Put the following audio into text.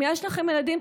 אם יש לכם ילדים,